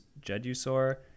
Jedusor